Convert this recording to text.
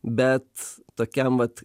bet tokiam vat